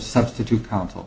substitute counsel